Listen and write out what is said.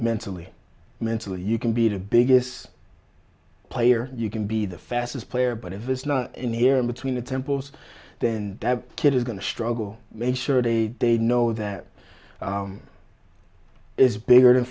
mentally mentally you can beat a biggest player you can be the fastest player but if it's not in the air in between the temples then that kid is going to struggle make sure they they know that is bigger than